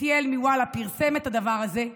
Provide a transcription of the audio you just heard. איתיאל מוואלה פרסם את הדבר הזה,